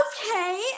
Okay